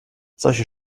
solche